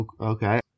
okay